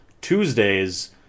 tuesdays